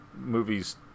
movie's